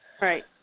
Right